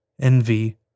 envy